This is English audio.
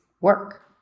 work